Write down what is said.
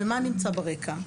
מה נמצא ברקע?